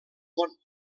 món